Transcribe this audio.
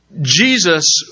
Jesus